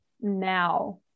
now